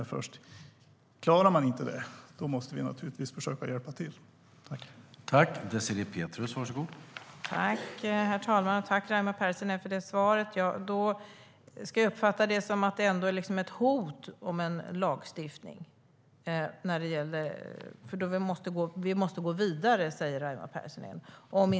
Om de inte klarar det måste vi naturligtvis försöka hjälpa till.